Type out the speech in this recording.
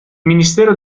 ministero